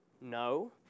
No